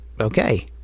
okay